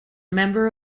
member